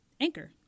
Anchor